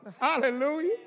Hallelujah